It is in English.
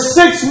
six